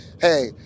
hey